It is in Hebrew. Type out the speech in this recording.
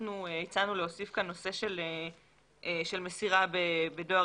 אנחנו הצענו להוסיף כאן נושא של מסירה בדואר